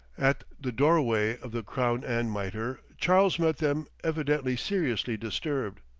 at the doorway of the crown and mitre, charles met them evidently seriously disturbed.